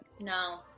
No